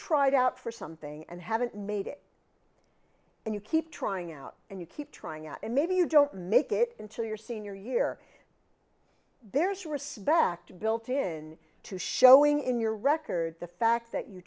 tried out for something and haven't made it and you keep trying out and you keep trying at it maybe you don't make it until your senior year there is respect built in to showing in your record the fact that you